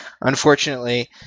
unfortunately